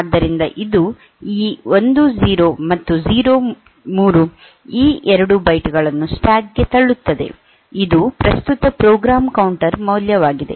ಆದ್ದರಿಂದ ಇದು ಈ 1 0 ಮತ್ತು 0 3 ಈ 2 ಬೈಟ್ ಗಳನ್ನು ಸ್ಟ್ಯಾಕ್ ಗೆ ತಳ್ಳುತ್ತದೆ ಇದು ಪ್ರಸ್ತುತ ಪ್ರೋಗ್ರಾಂ ಕೌಂಟರ್ ಮೌಲ್ಯವಾಗಿದೆ